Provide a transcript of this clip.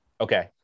Okay